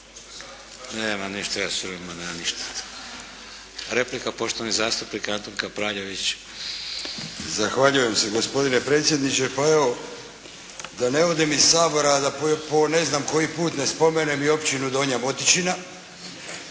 Nema ništa. Ja sa ovima nemam ništa. Replika poštovani zastupnik Antun Kapraljević. **Kapraljević, Antun (HNS)** Zahvaljujem se gospodine predsjedniče. Pa evo, da ne odem iz Sabora a da po ne znam koji put ne spomenem i općinu Donja Motičina